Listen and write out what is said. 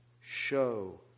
show